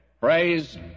praise